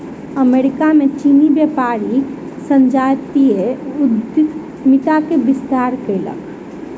America में चीनी व्यापारी संजातीय उद्यमिता के विस्तार कयलक